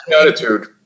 attitude